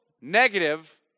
negative